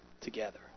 Together